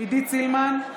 עידית סילמן,